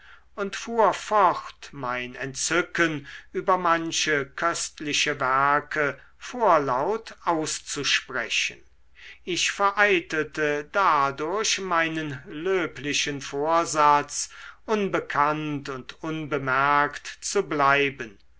und fuhr fort mein entzücken über manche köstliche werke vorlaut auszusprechen ich vereitelte dadurch meinen löblichen vorsatz unbekannt und unbemerkt zu bleiben